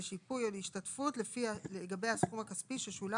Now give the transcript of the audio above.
לשיפוי או להשתתפות לגבי הסכום הכספי ששולם